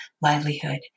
livelihood